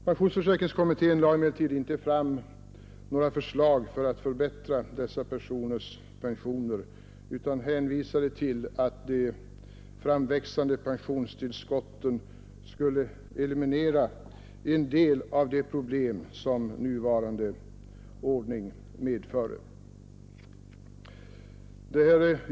Pensionsförsäkringskommittén lade emellertid inte fram några förslag för att förbättra dessa personers pensioner utan hänvisade till att de framväxande pensionstillskotten skulle eliminera en del av de problem som nuvarande ordning medför.